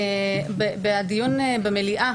בדיון במליאה